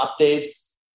updates